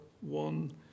one